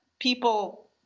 people